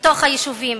בתוך היישובים.